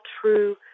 true